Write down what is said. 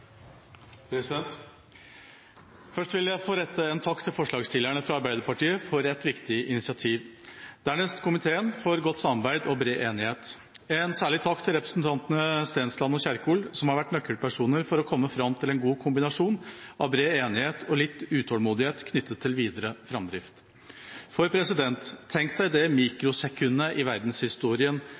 Først vil jeg rette en takk til forslagsstillerne fra Arbeiderpartiet for et viktig initiativ, dernest til komiteen for godt samarbeid og bred enighet. En særlig takk til representantene Stensland og Kjerkol, som har vært nøkkelpersoner for å komme fram til en god kombinasjon av bred enighet og litt utålmodighet knyttet til videre framdrift. Tenk deg det mikrosekundet i verdenshistorien